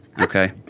Okay